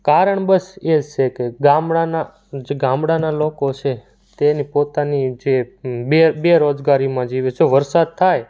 કારણ બસ એ જ છે કે ગામડાનાં જે ગામડાનાં લોકો છે તેને પોતાની જે બેરોજગારીમાં જીવે છે વરસાદ થાય